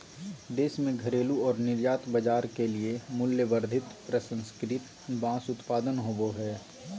देश में घरेलू और निर्यात बाजार के लिए मूल्यवर्धित प्रसंस्कृत बांस उत्पाद होबो हइ